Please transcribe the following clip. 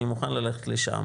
אני מוכן ללכת לשם.